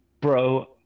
Bro